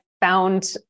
found